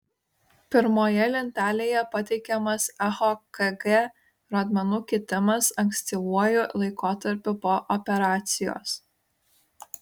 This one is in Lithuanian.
pirmoje lentelėje pateikiamas echokg rodmenų kitimas ankstyvuoju laikotarpiu po operacijos